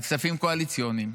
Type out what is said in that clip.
על כספים קואליציוניים,